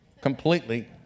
completely